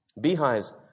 Beehives